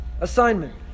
assignment